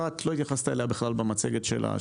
לנקודה הראשונה לא התייחסת בכלל במצגת שלך.